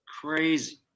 crazy